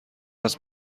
است